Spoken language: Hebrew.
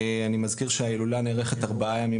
אני מזכיר שההילולה נערכת ארבעה ימים